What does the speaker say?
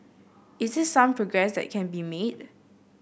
is there some progress that can be made